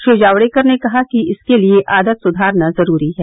श्री जावड़ेकर ने कहा कि इसके लिए आदत सुधारना जरूरी है